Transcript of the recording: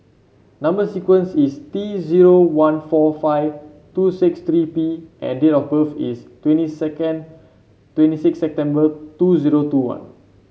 number sequence is T zero one four five two six three P and date of birth is twenty second twenty six September two zero two one